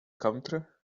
counter